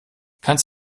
kannst